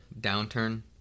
Downturn